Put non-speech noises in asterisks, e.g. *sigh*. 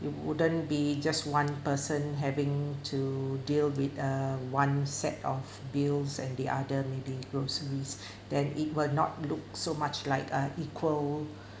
you wouldn't be just one person having to deal with uh one set of bills and the other maybe groceries *breath* then it will not look so much like uh equal